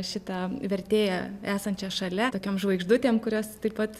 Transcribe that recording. šitą vertėją esančią šalia tokiom žvaigždutėm kurios taip pat